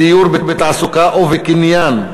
בדיור, בתעסוקה ובקניין,